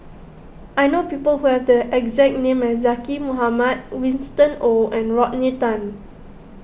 I know people who have the exact name as Zaqy Mohamad Winston Oh and Rodney Tan